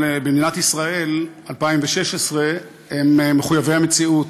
אבל במדינת ישראל 2016 הם מחויבי המציאות,